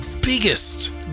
biggest